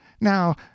Now